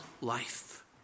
life